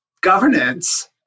governance